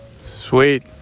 Sweet